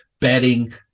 bedding